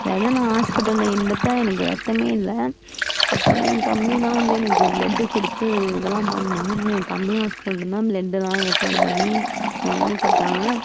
அதாவது நான் ஹாஸ்பிட்டலில் இருந்தப்போ எனக்கு ரத்தமே இல்லை அப்போ வந்து ஏன் தம்பி தான் வந்து எனக்கு ப்ளட்டு கொடுத்து இதெல்லாம் பண்ணான் ஏன் தம்பியும் ஆஸ்பிட்டலில் ப்ளட்டெல்லாம் ஏற்பாடு பண்ணி எல்லாமே பார்த்தாங்க